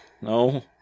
No